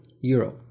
euro